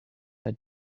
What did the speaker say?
had